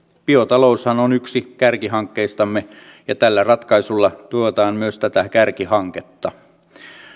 biotaloushan on yksi kärkihankkeistamme ja tällä ratkaisulla tuetaan myös tätä kärkihanketta